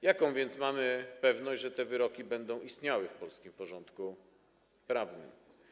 Jaką więc mamy pewność, że te wyroki będą funkcjonowały w polskim porządku prawnym?